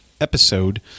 episode